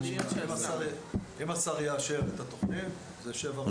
שנייה, אם השר יאשר את התוכנית זה שבע רשויות.